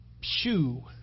shoe